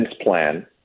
plan